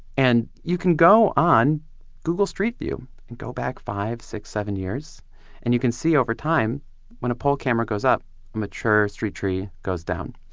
and you can go on google street view and go back five, six, seven years and you can see over time when a pole camera goes up, a mature street tree goes down